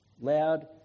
Loud